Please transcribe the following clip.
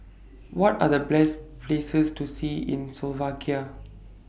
What Are The Best Places to See in Slovakia